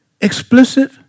explicit